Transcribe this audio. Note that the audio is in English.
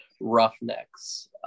Roughnecks